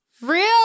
Real